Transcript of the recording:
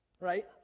right